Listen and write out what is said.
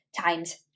times